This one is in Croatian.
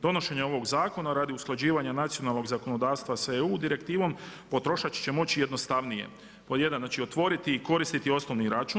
Donošenje ovog zakona radi usklađvianja nacionalnog zakonodavstva sa EU Direktivnom, potrošač će moći jednostavnije, pod 1. otvoriti i korisiti osnovni raču.